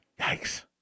Yikes